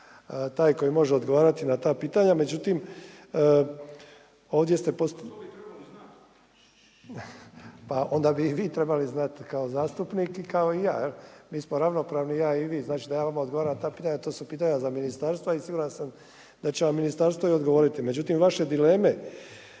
taj koji može odgovarati na ta pitanja. Međutim, ovdje ste… …/Upadica Glasnović, ne razumije se./… …pa onda bi i vi trebali znati kao znati kao zastupnik i kao i ja, jel', mi smo ravnopravno i ja i vi, znači da ja vama odgovaram na ta pitanja, to su pitanja za ministarstvo i siguran sam da će vam ministarstvo i odgovoriti. Međutim vaše dileme